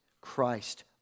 Christ